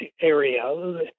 area